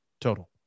total